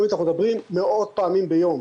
אנחנו מדברים מאות פעמים ביום,